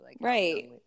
Right